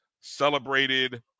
celebrated